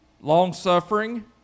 long-suffering